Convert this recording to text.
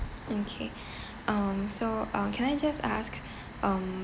okay um so uh can I just ask um